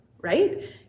right